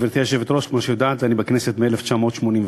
כמו שיודעת גברתי היושבת-ראש, בכנסת מ-1981.